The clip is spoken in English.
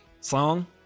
song